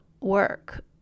work